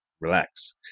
relax